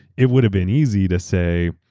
it would have been easy to say,